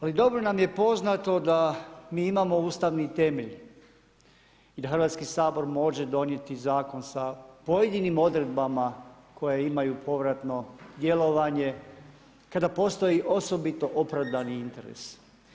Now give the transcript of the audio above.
ali dobro nam je poznato da mi imamo ustavni temelj i da Hrvatski sabor može donijeti zakon sa pojedinim odredbama koje imaju povratno djelovanje, kada postoji osobito opravdani interes.